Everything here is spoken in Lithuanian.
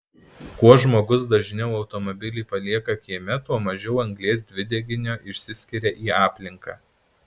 kuo žmogus dažniau automobilį palieka kieme tuo mažiau anglies dvideginio išsiskiria į aplinką